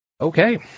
Okay